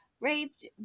raped